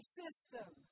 system